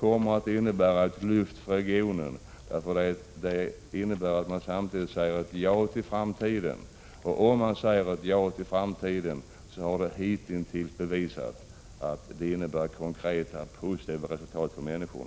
kommer att innebära ett lyft för regionen, eftersom det innebär att man samtidigt säger ja till framtiden. Det har hitintills bevisats att om man säger ja till framtiden innebär det konkreta positiva resultat för människorna.